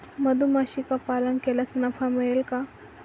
मधुमक्षिका पालन केल्यास नफा मिळेल का?